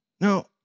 Now